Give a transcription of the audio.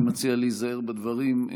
אני מציע להיזהר בדברים,